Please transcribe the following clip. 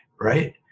right